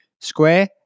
square